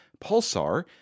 Pulsar